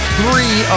three